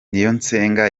niyonsenga